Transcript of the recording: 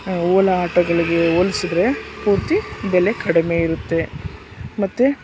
ಓಲಾ ಆಟೋಗಳಿಗೆ ಹೋಲ್ಸಿದ್ರೆ ಪೂರ್ತಿ ಬೆಲೆ ಕಡಿಮೆ ಇರುತ್ತೆ ಮತ್ತು